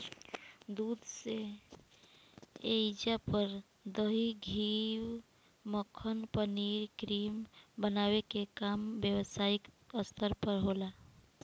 दूध से ऐइजा पर दही, घीव, मक्खन, पनीर, क्रीम बनावे के काम व्यवसायिक स्तर पर होला